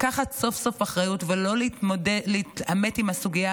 לקחת סוף-סוף אחריות ולא להתעמת עם הסוגיה